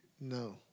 No